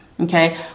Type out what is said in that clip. Okay